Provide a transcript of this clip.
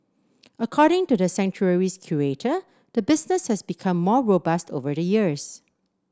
according to the sanctuary's curator the business has become more robust over the years